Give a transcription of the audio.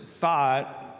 thought